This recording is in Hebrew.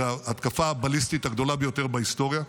זאת ההתקפה הבליסטית הגדולה ביותר בהיסטוריה.